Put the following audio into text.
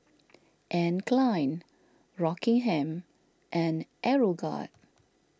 Anne Klein Rockingham and Aeroguard